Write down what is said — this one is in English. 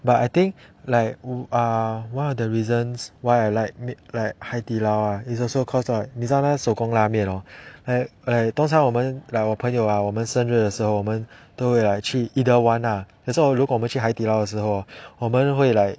but I think like uh one of the reasons why I like like 海底捞 is also because of 你知道那个手工拉面 hor like like 通常我们 like 我朋友啊我们生日的时候我们都会 like 去 either one lah 可是如果我们去海底捞的时候我们会 like